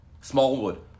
Smallwood